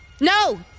No